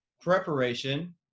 preparation